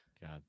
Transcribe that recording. God